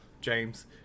James